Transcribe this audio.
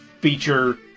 feature